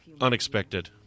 unexpected